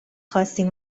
خواستین